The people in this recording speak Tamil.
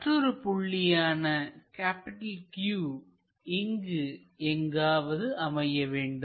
மற்றொரு புள்ளியான Q இங்கு எங்காவது அமையவேண்டும்